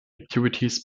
activities